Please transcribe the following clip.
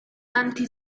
anti